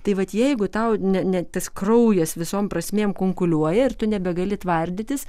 tai vat jeigu tau ne ne tas kraujas visom prasmėm kunkuliuoja ir tu nebegali tvardytis